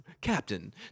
captain